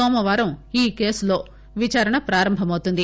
సోమవారం ఈ కేసులో విచారణ ప్రారంభమవుతుంది